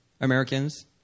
Americans